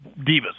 divas